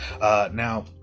now